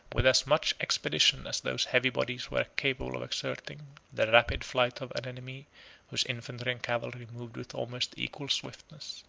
with as much expedition as those heavy bodies were capable of exerting, the rapid flight of an enemy whose infantry and cavalry moved with almost equal swiftness.